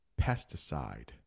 pesticide